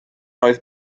oedd